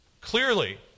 Clearly